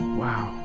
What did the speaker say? wow